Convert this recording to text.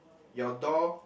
your door